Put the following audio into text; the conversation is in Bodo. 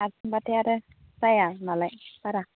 हारसिं बाथाय आरो जाया नालाय बारा